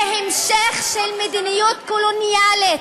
זה המשך של מדיניות קולוניאלית.